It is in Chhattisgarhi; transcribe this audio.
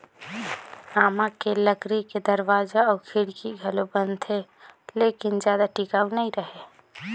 आमा के लकरी के दरवाजा अउ खिड़की घलो बनथे लेकिन जादा टिकऊ नइ रहें